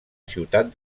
ciutat